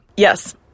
Yes